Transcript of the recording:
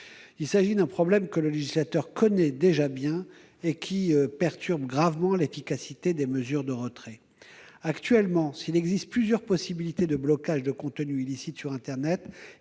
proposition de loi. Le législateur connaît déjà bien ce problème, qui perturbe gravement l'efficacité des mesures de retrait. Actuellement, s'il existe plusieurs possibilités de blocage de contenus illicites sur internet,